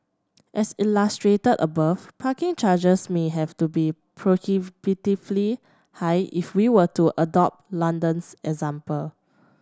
as illustrated above parking charges may have to be prohibitively high if we were to adopt London's example